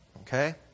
Okay